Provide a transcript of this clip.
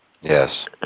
Yes